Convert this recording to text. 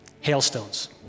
hailstones